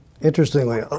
Interestingly